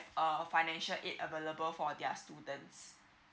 uh financial aid available for their students